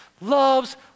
loves